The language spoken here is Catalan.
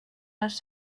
les